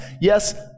Yes